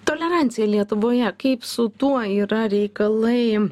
tolerancija lietuvoje kaip su tuo yra reikalai